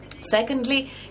Secondly